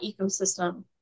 ecosystem